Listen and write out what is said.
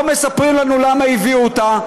לא מספרים לנו למה הביאו אותה,